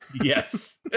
yes